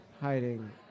hiding